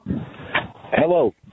Hello